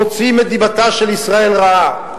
מוציאים את דיבתה של ישראל רעה.